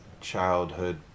childhood